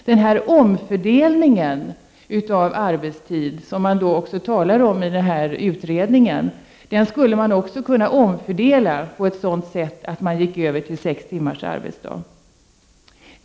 Denna omfördelning av arbetstiden, vilken man också talar om i utredningen, skulle också kunna ändras så att man gick över till sex timmars arbetsdag.